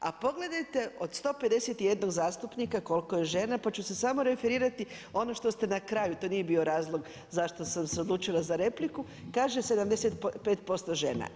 A pogledajte od 151 zastupnika koliko je žena pa ću se samo referirati, ono što ste na kraju, to nije bio razlog zašto sam se odlučila za repliku, kaže 75% žena.